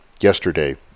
Yesterday